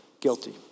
guilty